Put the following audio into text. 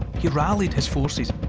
he rallied his forces,